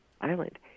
Island